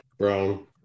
Brown